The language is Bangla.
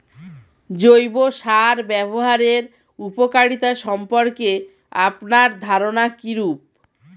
জৈব সার ব্যাবহারের উপকারিতা সম্পর্কে আপনার ধারনা কীরূপ?